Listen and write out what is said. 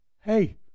hey